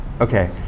Okay